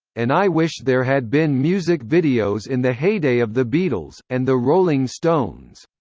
and i wish there had been music videos in the heyday of the beatles, and the rolling stones.